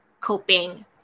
coping